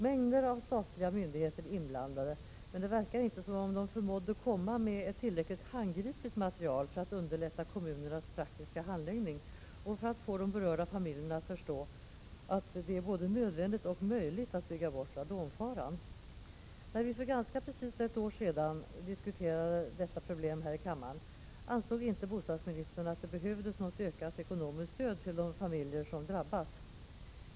Mängder av statliga myndigheter är inblandade, men det verkar inte som om de förmådde komma med ett tillräckligt handgripligt material för att underlätta kommunernas praktiska handläggning och för att få de berörda familjerna att förstå att det både är nödvändigt och möjligt att bygga bort radonfaran. När vi för ganska precis ett år sedan diskuterade detta problem här i kammaren, ansåg inte bostadsministern att det behövdes något ökat ekonomiskt stöd till de familjer som drabbats.